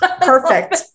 Perfect